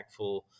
impactful